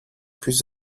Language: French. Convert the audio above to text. plus